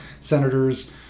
senators